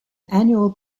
annual